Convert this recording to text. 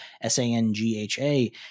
S-A-N-G-H-A